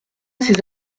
ces